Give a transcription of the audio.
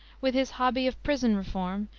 with his hobby of prison reform,